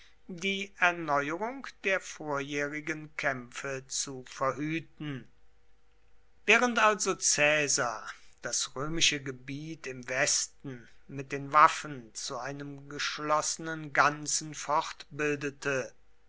die erneuerung der vorjährigen kämpfe zu verhüten während also caesar das römische gebiet im westen mit den waffen zu einem geschlossenen ganzen